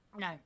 No